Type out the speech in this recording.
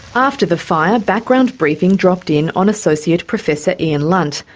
after the fire, background briefing dropped in on associate professor ian lunt,